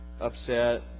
upset